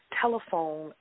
telephone